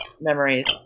memories